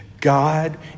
God